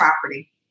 property